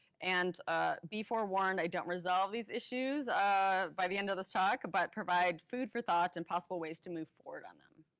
and ah be forewarned, i don't resolve these issues by the end of this talk, but provide food for thought and possible ways to move forward on them.